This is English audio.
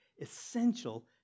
essential